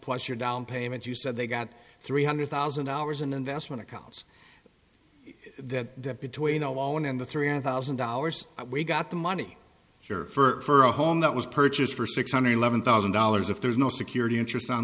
plus your dollar payment you said they got three hundred thousand dollars in investment accounts that between a loan and the three hundred thousand dollars we got the money for a home that was purchased for six hundred eleven thousand dollars if there's no security interest on